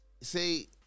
see